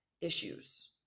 issues